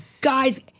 Guys